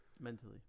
Mentally